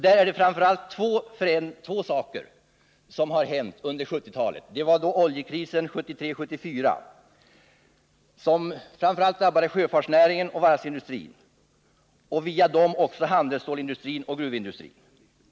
Där är det framför allt två saker som hänt under 1970-talet. Den ena händelsen var oljekrisen 1973-1974, som framför allt drabbade sjöfartsnäringen och varvsindustrin och via dem också handelsstålsindustrin och gruvindustrin.